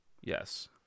yes